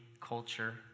culture